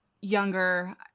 younger